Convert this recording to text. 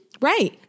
Right